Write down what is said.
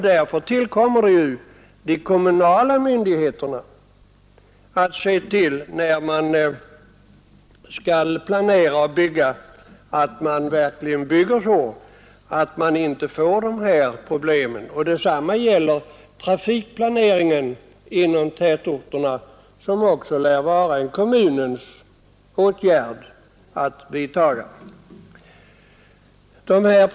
Därför tillkommer det de kommunala myndigheterna att vid planering och byggande se till att man verkligen bygger så att man inte får de här problemen. Detsamma gäller trafikplaneringen inom tätorterna, där det också lär vara en uppgift för kommunen att vidta åtgärder.